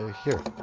here